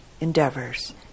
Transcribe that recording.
endeavors